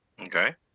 Okay